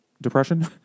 depression